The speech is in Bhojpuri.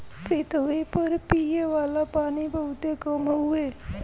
पृथवी पर पिए वाला पानी बहुत कम हउवे